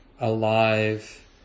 alive